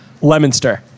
Lemonster